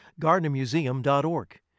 GardnerMuseum.org